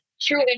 True